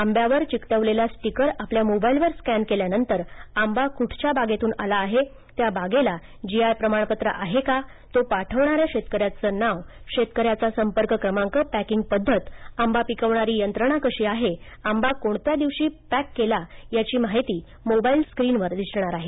आंब्यावर चिकटवलेला स्टिकर आपल्या मोबाइलवर स्कॅन केल्यानंतर आंबा कृठघ्या बागेतून आला आहे त्या बागेला जीआय प्रमाणपत्र आहे का तो पाठवणाऱ्या शेतकऱ्याचं नाव शेतकऱ्याचा संपर्क क्रमाक पॅर्किंग पद्धत आंबा पिकवणारी यंत्रणा कशी आहे आंबा कोणत्या दिवशी पॅक केला याधी माहिती मोबाइल स्क्रीनवर दिसणार आहे